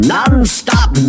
Non-stop